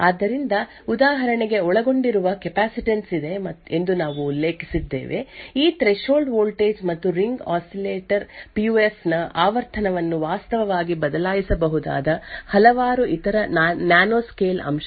ಆದ್ದರಿಂದ ಉದಾಹರಣೆಗೆ ಒಳಗೊಂಡಿರುವ ಕೆಪಾಸಿಟನ್ಸ್ ಇದೆ ಎಂದು ನಾವು ಉಲ್ಲೇಖಿಸಿದ್ದೇವೆ ಆ ಥ್ರೆಶೋಲ್ಡ್ ವೋಲ್ಟೇಜ್ ಮತ್ತು ರಿಂಗ್ ಆಸಿಲೇಟರ್ ಪಿಯುಎಫ್ ನ ಆವರ್ತನವನ್ನು ವಾಸ್ತವವಾಗಿ ಬದಲಾಯಿಸಬಹುದಾದ ಹಲವಾರು ಇತರ ನ್ಯಾನೊಸ್ಕೇಲ್ ಅಂಶಗಳಿವೆ